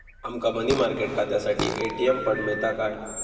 आमका money market खात्यासाठी ATM पण मिळता काय?